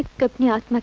gopinath,